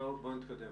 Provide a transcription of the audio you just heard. בוא נתקדם.